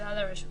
שאלה לרשות.